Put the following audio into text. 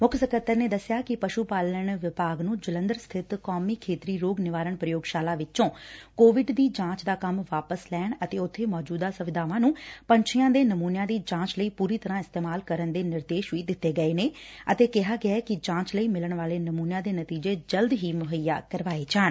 ਮੁੱਖ ਸਕੱਤਰ ਨੇ ਦਸਿਆ ਕਿ ਪਸੁ ਪਾਲਣ ਵਿਭਾਗ ਨੇ ਜਲੰਧਰ ਸਬਿਤ ਕੌਮੀ ਖੇਤਰੀ ਰੋਗ ਨਿਵਾਰਣ ਪ੍ਯੋਗਸ਼ਾਲਾ ਵਿਚੋਂ ਕੋਵਿਡ ਦੀ ਜਾਂਚ ਦਾ ਕੰਮ ਵਾਪਸ ਲੈਣ ਅਤੇ ਉਥੇ ਮੌਜੁਦ ਸੁਵਿਧਾਵਾਂ ਨੂੰ ਪੰਛੀਆਂ ਦੇ ਨਮੁਨਿਆਂ ਦੀ ਜਾਂਚ ਲਈ ਪੁਰੀ ਤਰੁਾਂ ਇਸਤੇਮਾਲ ਕਰਨ ਦੇ ਨਿਰਦੇਸ਼ ਵੀ ਦਿੱਤੇ ਗਏ ਨੇ ਅਤੇ ਕਿਹਾ ਗਿਐ ਕਿ ਜਾਂਚ ਲਈ ਮਿਲਣ ਵਾਲੇ ਨਮੁਨਿਆਂ ਦੇ ਨਤੀਜੇ ਜਲਦ ਹੀ ਮੁਹੱਈਆ ਕਰਵਾਏ ਜਾਣ